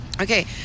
Okay